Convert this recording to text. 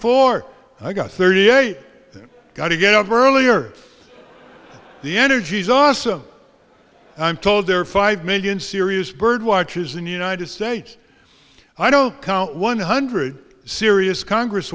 four i got thirty eight got to get up earlier the energy is awesome i'm told there are five million serious bird watches in the united states i don't count one hundred serious congress